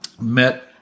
met